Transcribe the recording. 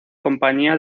compañía